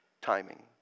timing